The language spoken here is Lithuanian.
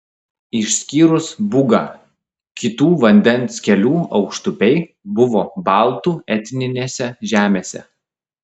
išskyrus bugą kitų vandens kelių aukštupiai buvo baltų etninėse žemėse